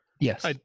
Yes